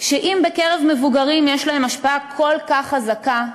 שאם בקרב מבוגרים יש להם השפעה כל כך חזקה,